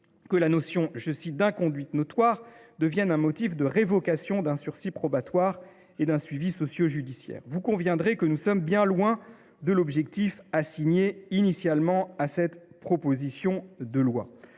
de la notion d’« inconduite notoire » un motif de révocation d’un sursis probatoire ou d’un suivi sociojudiciaire. Vous conviendrez que nous sommes bien loin de l’objectif initialement assigné à cette proposition de loi.